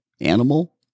animal